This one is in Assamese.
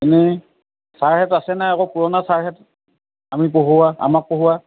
এনেই ছাৰহঁত আছে নাই আকৌ পুৰণা ছাৰহঁত আমি পঢ়োৱা আমাক পঢ়োৱা